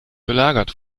belagert